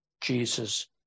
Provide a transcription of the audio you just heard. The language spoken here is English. Jesus